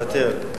מוותר.